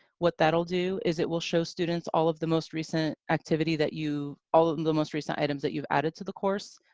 what that'll do is it will show students all of the most recent activity that you all of and the most recent items that you've added to the course,